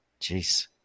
Jeez